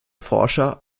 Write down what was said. forscher